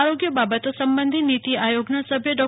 આરોગ્ય બાબતો સંબંધી નીતિ આયોગના સભ્ય ડો